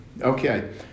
Okay